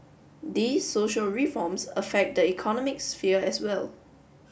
these social reforms affect the economic sphere as well